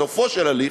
בסופו של הליך,